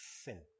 sin